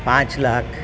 પાંચ લાખ